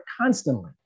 constantly